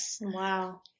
Wow